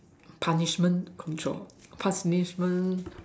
punishment control pass this men